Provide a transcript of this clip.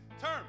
term